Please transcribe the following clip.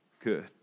good